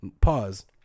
pause